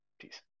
Peace